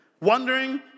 wondering